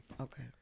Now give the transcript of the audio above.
Okay